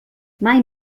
mai